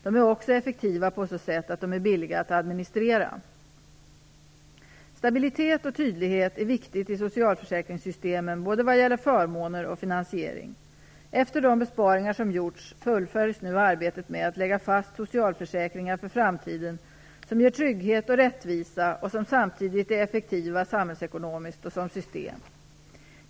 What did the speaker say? De är också effektiva på så sätt att de är billiga att administrera. Stabilitet och tydlighet är viktiga i socialförsäkringssystemen vad gäller både förmåner och finansiering. Efter de besparingar som gjorts fullföljs nu arbetet med att lägga fast socialförsäkringar för framtiden som ger trygghet och rättvisa och som samtidigt är effektiva samhällsekonomiskt och som system.